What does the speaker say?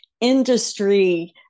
industry